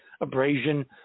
abrasion